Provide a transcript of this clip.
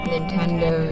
Nintendo